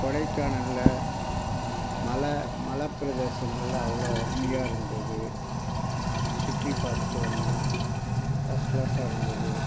கொடைக்கானலில் மலை மலை பிரதேசமெல்லாம் அவ்வளோ அருமையாக இருந்தது சுற்றிப்பார்த்துட்டு வந்தோம் ஃபர்ஸ்ட் கிளாஸாக இருந்தது